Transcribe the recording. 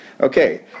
Okay